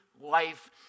life